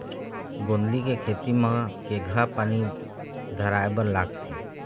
गोंदली के खेती म केघा पानी धराए बर लागथे?